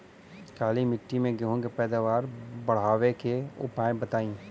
काली मिट्टी में गेहूँ के पैदावार बढ़ावे के उपाय बताई?